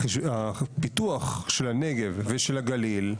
הפיתוח של הנגב ושל הגליל,